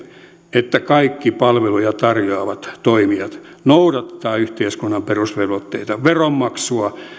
että kaikki palveluja tarjoavat toimijat noudattavat yhteiskunnan perusvelvoitteita veronmaksua